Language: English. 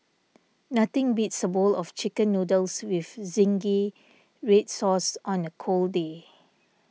nothing beats a bowl of Chicken Noodles with Zingy Red Sauce on a cold day